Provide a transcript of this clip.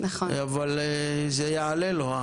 אבל זה יעלה לו,